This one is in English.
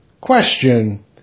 Question